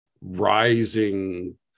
rising